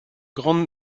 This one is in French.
grande